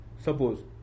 suppose